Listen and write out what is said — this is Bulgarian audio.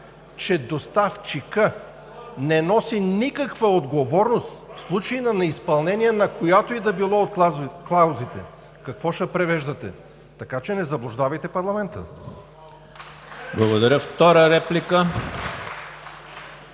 че доставчикът не носи никаква отговорност в случай на неизпълнение на която и да било от клаузите. Какво ще превеждате? Така че не заблуждавайте парламента! (Ръкопляскания